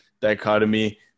dichotomy